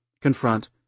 confront